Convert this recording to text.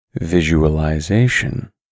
Visualization